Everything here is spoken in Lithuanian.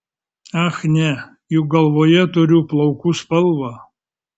ach ne juk galvoje turiu plaukų spalvą